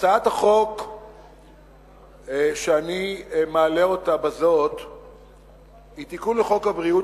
הצעת החוק שאני מעלה בזאת היא תיקון לחוק ביטוח הבריאות,